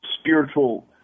spiritual